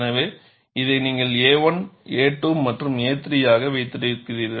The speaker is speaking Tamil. எனவே இதை நீங்கள் a1 a2 மற்றும் a3 ஆக வைத்திருக்கிறீர்கள்